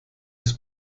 des